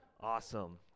Awesome